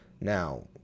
Now